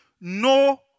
no